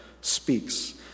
speaks